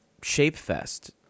Shapefest